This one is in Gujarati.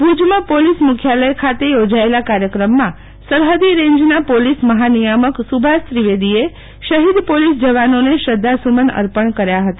ભુજમાં પોલીસ મુખ્યાલય ખાતે યોજાયેલા કાર્યક્રમમાં સરહદી રેજ્જના પોલીસ મહાનિયામક સુભાષ ત્રિવેદીએ શહીદ પોલીસ જવાનો ને શ્રદ્વાસુમન અર્પણ કર્યા હતા